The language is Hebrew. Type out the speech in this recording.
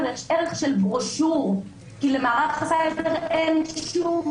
יש ערך של ברושור כי למערך הסייבר אין שום